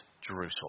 Jerusalem